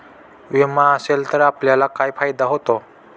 विमा असेल तर आपल्याला काय फायदा होतो?